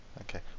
Okay